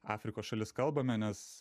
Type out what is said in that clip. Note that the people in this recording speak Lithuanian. afrikos šalis kalbame nes